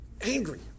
angry